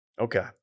Okay